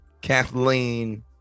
Kathleen